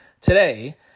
today